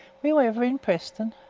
were you ever in preston?